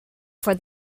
for